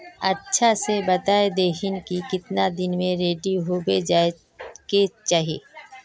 अच्छा से बता देतहिन की कीतना दिन रेडी होबे जाय के चही?